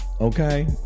Okay